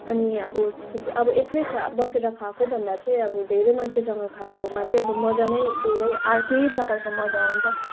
अनि अब थुप् एक्लै छ बसेर खाएकोभन्दा चाहिँ धेरै मान्छेसँग खाएको मज्जा नै धेरै अर्कै प्रकारको मज्जा हुन्छ